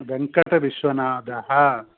वेङ्कटविश्वनाथः